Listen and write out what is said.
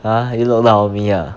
!huh! you look down on me ah